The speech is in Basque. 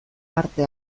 parte